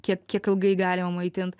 kiek kiek ilgai galima maitint